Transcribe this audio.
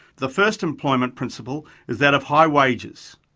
the first employment principle is that of high wages.